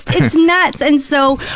it's nuts. and so,